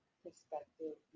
perspective